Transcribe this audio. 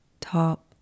top